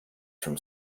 from